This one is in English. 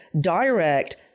direct